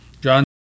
John